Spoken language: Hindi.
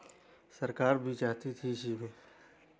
सरकार भी चाहती थी इसी में